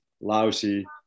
lousy